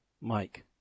Mike